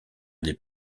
des